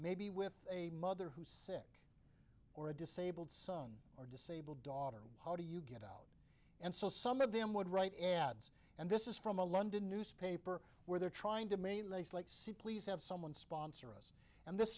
maybe with a mother who's sick or a disabled son or disabled daughter how do you get it and so some of them would write ads and this is from a london newspaper where they're trying to mainly see please have someone sponsor us and this